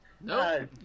No